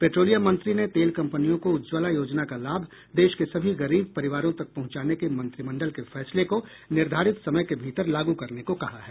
petroleum मंत्री ने तेल कपंनियों को उज्जवला योजना का लाभ देश के सभी गरीब परिवारों तक पहुंचाने के मंत्रिमंडल के फैसले को निर्धारित समय के भीतर लागू करने को कहा है